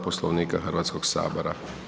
Poslovnika Hrvatskog sabora.